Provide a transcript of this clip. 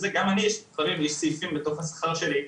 גם אני לפעמים יש סעיפים בתוך השכר שלי,